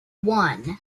one